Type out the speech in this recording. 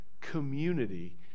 community